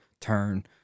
turn